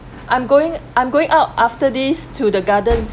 I'm going I'm going out after this to the gardens